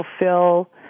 fulfill